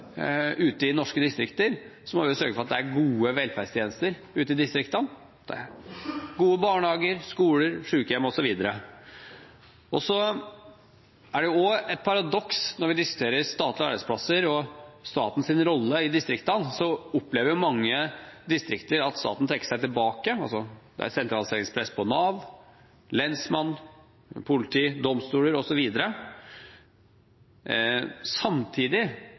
i norske distrikter, må vi sørge for at det er gode velferdstjenester ute i distriktene, og at det er gode barnehager, skoler, sykehjem osv. Det er også et paradoks når vi diskuterer statlige arbeidsplasser og statens rolle i distriktene, at mange distrikter opplever at staten trekker seg tilbake. Det er sentraliseringspress på Nav, lensmann, politi, domstoler osv. Samtidig